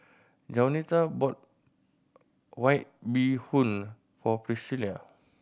Jaunita bought White Bee Hoon for Pricilla